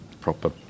proper